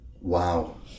wow